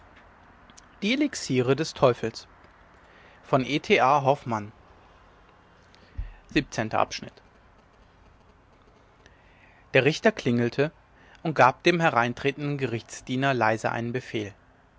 der richter klingelte und gab dem hereintretenden gerichtsdiener leise einen befehl